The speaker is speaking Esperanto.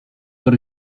por